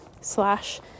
slash